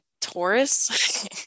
Taurus